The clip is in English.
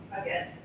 again